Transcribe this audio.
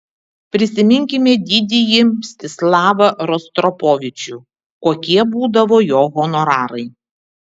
prisiminkime didįjį mstislavą rostropovičių kokie būdavo jo honorarai